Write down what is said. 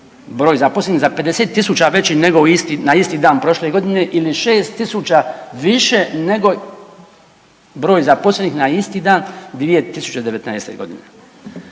broj zaposlenih za 50 tisuća veći nego na isti dan prošle godine ili 6 tisuća više nego broj zaposlenih na isti dan 2019. godine.